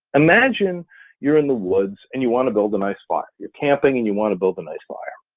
imagine you're in the woods and you wanna build a nice fire, you're camping and you wanna build a nice fire.